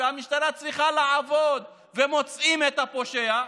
והמשטרה צריכה לעבוד ומוצאים את הפושע.